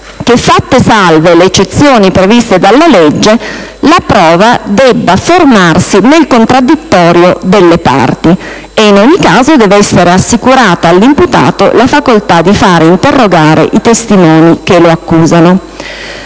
che, fatte salve le eccezioni previste dalla legge, la prova debba formarsi nel contraddittorio delle parti e in ogni caso deve essere assicurata all'imputato la facoltà di fare interrogare i testimoni che lo accusano.